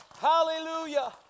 Hallelujah